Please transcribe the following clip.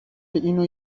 اینو